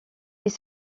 ils